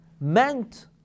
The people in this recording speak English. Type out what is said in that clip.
meant